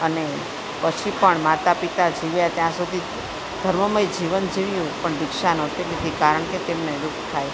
અને પછી પણ માતા પિતા જીવ્યા ત્યાં સુધી ધર્મમય જીવન જીવ્યું પણ દીક્ષા નહોતી લીધી કારણ કે તેમને દુખ થાય